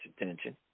attention